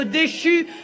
déchus